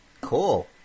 Cool